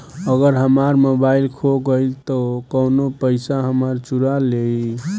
अगर हमार मोबइल खो गईल तो कौनो और हमार पइसा चुरा लेइ?